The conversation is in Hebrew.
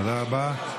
תודה רבה.